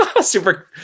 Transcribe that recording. super